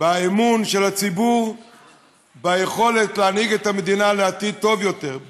באמון של הציבור ביכולת להנהיג את המדינה לעתיד טוב יותר,